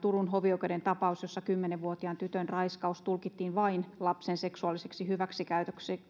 turun hovioikeuden tapaus jossa kymmenen vuotiaan tytön raiskaus tulkittiin vain lapsen seksuaaliseksi hyväksikäytöksi